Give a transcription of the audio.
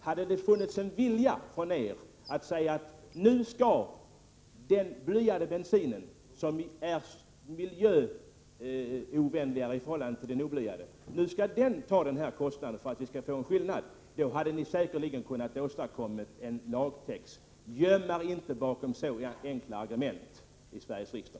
Hade det funnits en vilja från er sida att säga att nu skall den blyade bensinen — som ju är miljöovänligare än den oblyade bensinen — bära den här kostnaden för att det skall bli någon skillnad, hade ni säkerligen kunnat åstadkomma en lagtext. Göm er alltså inte bakom så enkla argument i Sveriges riksdag!